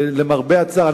למרבה הצער.